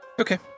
Okay